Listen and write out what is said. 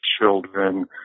children